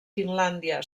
finlàndia